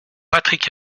patrick